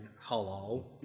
Hello